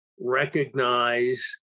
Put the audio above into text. recognize